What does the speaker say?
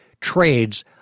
trades